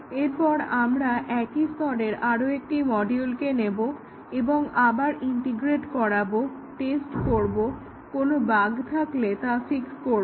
এরপর আমরা একই স্তরের আরো একটি মডিউলকে নেব এবং আবার ইন্টিগ্রেট করবো টেস্ট করব কোনো বাগ্ থাকলে তা ফিক্স করব